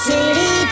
City